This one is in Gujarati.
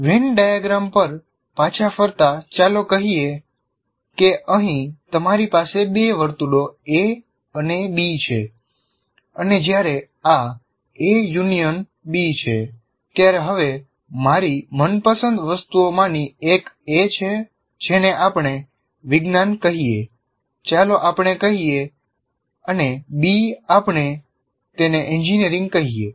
વેન ડાયાગ્રામ પર પાછા ફરતા ચાલો કહીએ કે અહીં તમારી પાસે બે વર્તુળો A અને B છે અને જ્યારે આ A યુનિયન B છે ત્યારે હવે મારી મનપસંદ વસ્તુઓમાંની એક A છે જેને આપણે વિજ્ઞાન કહીએ ચાલો આપણે કહીએ અને B આપણે તેને એન્જિનિયરિંગ કહીએ